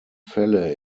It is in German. fälle